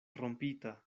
rompita